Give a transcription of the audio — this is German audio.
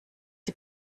die